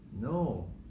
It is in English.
no